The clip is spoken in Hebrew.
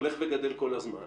הולך וגדל כל הזמן.